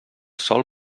sol